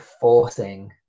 forcing